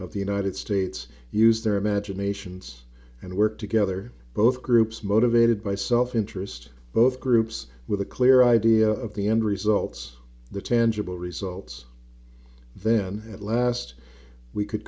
of the united states use their imaginations and work together both groups motivated by self interest both groups with a clear idea of the end results the tangible results then at last we could